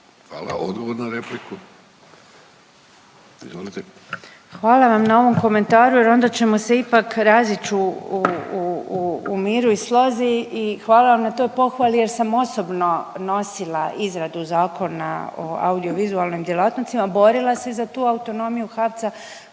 Koržinek, Nina (HDZ)** Hvala vam na ovom komentaru jer onda ćemo se ipak razić u miru i slozi i hvala vam na toj pohvali jer sam osobno nosila izradu Zakona o audiovizualnim djelatnostima, borila se za tu autonomiju HAVC-a